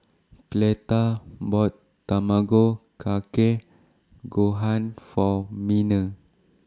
Cleta bought Tamago Kake Gohan For Miner